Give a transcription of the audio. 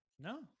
No